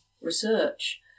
research